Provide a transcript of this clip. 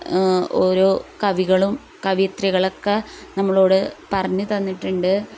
ഓരോ കവികളും കവയത്രികളൊക്ക നമ്മളോട് പറഞ്ഞുതന്നിട്ടുണ്ട്